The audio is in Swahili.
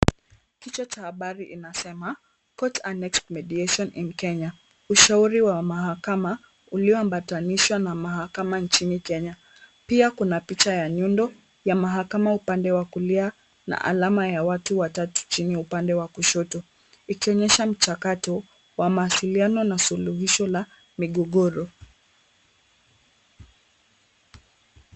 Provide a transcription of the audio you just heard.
Kichwa cha habari inasema court annexed mediation in Kenya. Ushauri wa mahakama ulioambatanishwa na mahakama nchini Kenya. Pia kuna picha ya nyundo ya mahakama upande wa kulia na alama ya watu watatu chini upande wa kushoto ikionyesha mchakato wa mawasiliano na suluhisho la migogoro.